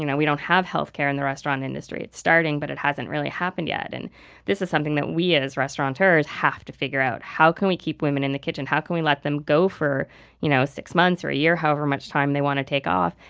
you know we don't have health care in the restaurant industry. it's starting, but it hasn't really happened yet and this is something that we, as restaurateurs, have to figure out. how can we keep women in the kitchen? how can we let them go for you know six months or a year, however much time they want to take off,